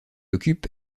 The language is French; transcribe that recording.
occupe